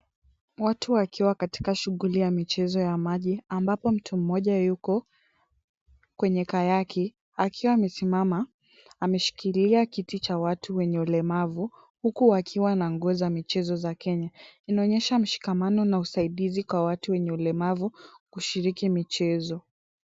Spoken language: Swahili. Watu wakiwa katika shughuli ya michezo ya maji ambapo mtu mmoja yuko kwenye car yake akiwa amesimama, ameshikilia kiti cha watu wenye ulemavu huku wakiwa na nguo za michezo ya Kenya. Inaonyesha mshikamano na usaidizi kwa watu wenye ulemavu kushiriki michezo.